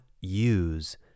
use